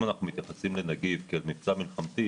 אם אנחנו מתייחסים לנגיף כאל מבצע מלחמתי,